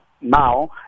now